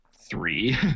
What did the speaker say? three